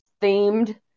themed